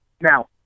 Now